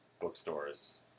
bookstores